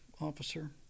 officer